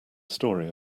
story